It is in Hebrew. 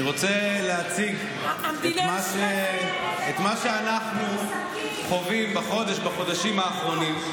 אני רוצה להציג את מה שאנחנו חווים בחודשים האחרונים.